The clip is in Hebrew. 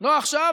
לא עכשיו,